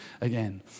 again